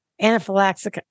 anaphylaxis